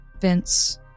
Vince